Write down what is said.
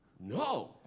no